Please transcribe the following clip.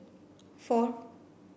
four